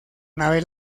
nave